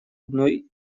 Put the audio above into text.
одной